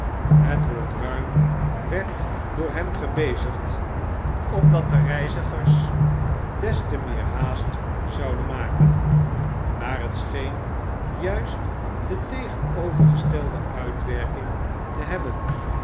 het woord ruim werd door hem gebezigd opdat de reizigers lord george gordon en gevolg des te meer haast zouden maken maar het scheen juist de tegenovergestelde uitwerking te hebben